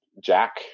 Jack